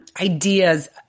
ideas